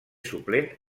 suplent